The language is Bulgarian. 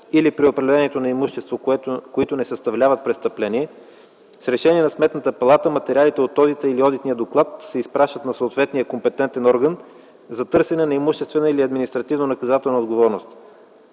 или при определянето на имущество, които не съставляват престъпление, с решение на Сметната палата материалите от одита или одитния доклад се изпращат на съответния компетентен орган за търсене на имуществена или административнонаказателна отговорност.